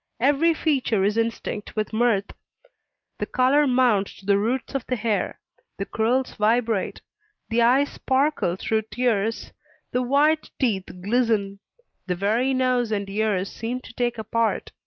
every feature is instinct with mirth the color mounts to the roots of the hair the curls vibrate the eyes sparkle through tears the white teeth glisten the very nose and ears seem to take a part